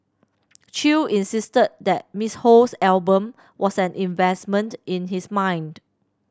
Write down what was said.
Chew insisted that Miss Ho's album was an investment in his mind